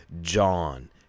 John